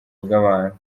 bw’abantu